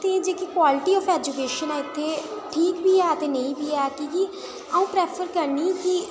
ते जेह्की quality of education ऐ इत्थें ठीक बी ऐ ते नेईं बी ऐ की के अं'ऊ प्रैफर करनी कि